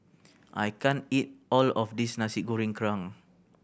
I can't eat all of this Nasi Goreng Kerang